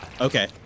Okay